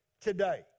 today